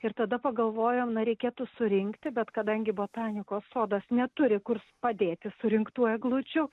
ir tada pagalvojom na reikėtų surinkti bet kadangi botanikos sodas neturi kur padėti surinktų eglučių